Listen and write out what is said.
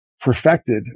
perfected